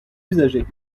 usagers